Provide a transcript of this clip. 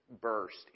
burst